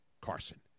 Carson